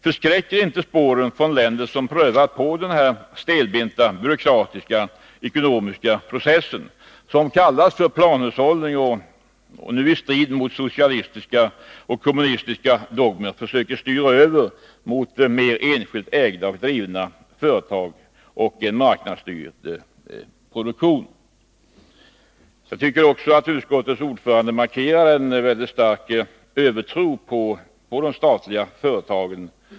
Förskräcker inte spåren från länder som prövat på den stelbenta byråkratiska ekonomiska process som kallas planhushållning och som nu i strid mot socialistiska och kommunistiska dogmer styr över mot mer enskilt ägda och drivna företag och en marknadsstyrd produktion? Jag tycker att utskottets ordförande visar en väldigt stark övertro på de statliga företagen.